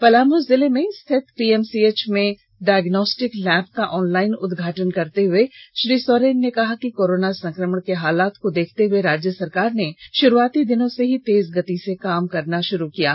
पलामू जिले में स्थित पीएमसीएच में डायग्नोस्टिक लैब का ऑनलाईन उद्घाटन करते हुए श्री सोरेन ने कहा कि कोरोना संकमण के हालात को देखते हुए राज्य सरकार ने शुरूआती दिनों से ही तेज गति से काम करती रही है